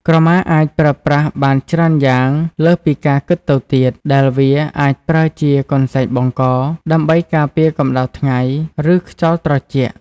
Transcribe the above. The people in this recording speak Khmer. ក្រមាអាចប្រើប្រាស់បានច្រើនយ៉ាងលើសពីការគិតទៅទៀត ដែលវាអាចប្រើជា កន្សែងបង់ក ដើម្បីការពារកម្តៅថ្ងៃ ឬខ្យល់ត្រជាក់។